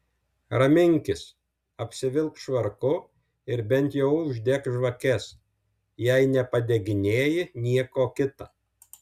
raminkis apsivilk švarku ir bent jau uždek žvakes jei nepadeginėji nieko kita